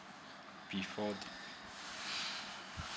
before